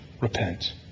repent